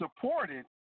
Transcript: supported